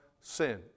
sin